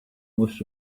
must